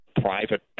private